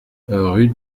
rue